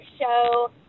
show